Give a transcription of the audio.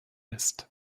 ist